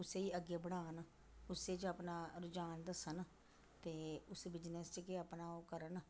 उसी अग्गें बढ़ान उस्सै च अपना रुझान दस्सन ते उस बिजनस च गै अपना ओह् करन